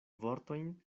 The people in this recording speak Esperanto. vortojn